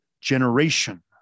generation